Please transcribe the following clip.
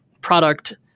product